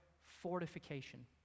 fortification